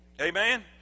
Amen